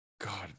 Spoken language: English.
God